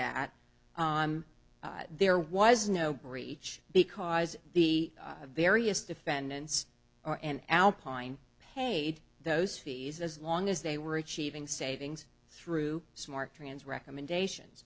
that there was no breach because the various defendants are an alpine paid those fees as long as they were achieving savings through smart trans recommendations